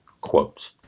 quotes